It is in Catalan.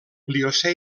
pliocè